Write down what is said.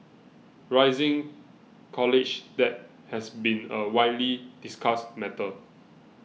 rising college debt has been a widely discussed matter